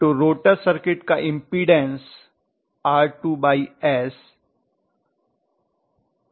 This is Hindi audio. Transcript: तो रोटर सर्किट का इम्पीडन्स R2sjX2 होगा